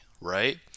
right